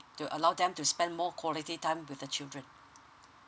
to allow them to spend more quality time with the children